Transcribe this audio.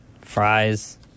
Fries